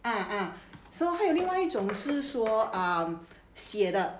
ah ah so 还有另外一种是说 um 写的